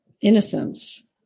innocence